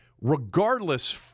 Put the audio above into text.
regardless